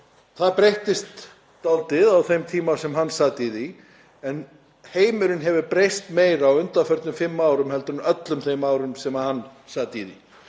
það breyttist dálítið á þeim tíma sem hann sat í því. En heimurinn hefur breyst meira á undanförnum fimm árum en á öllum þeim árum sem hann sat í því.